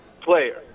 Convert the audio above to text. player